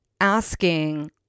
asking